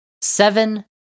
seven